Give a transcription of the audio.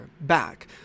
back